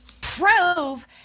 Prove